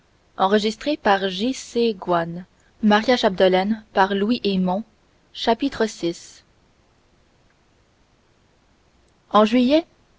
chapitre vi en juillet